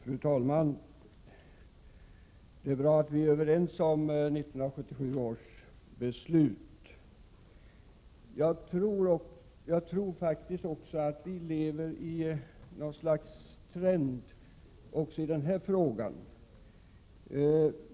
Fru talman! Jag tycker att det är bra att vi är överens beträffande 1977 års alkoholpolitiska beslut. Vi upplever nu en ny trend i alkoholkonsumtionen.